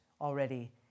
already